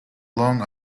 long